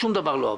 שום דבר לא עבר.